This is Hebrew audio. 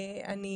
אני